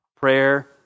prayer